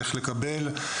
איך לקבל,